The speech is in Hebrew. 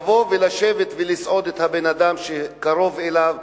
לבוא ולשבת ולסעוד בן-אדם שקרוב אליו,